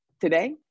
today